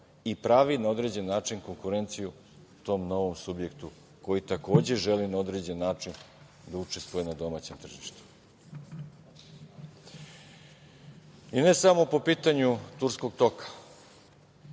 i pravi na određeni način konkurenciju tom novom subjektu koji takođe želi na određeni način da učestvuje na domaćem tržištu.I ne samo po pitanju Turskog toka.